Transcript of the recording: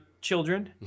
children